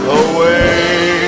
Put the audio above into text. away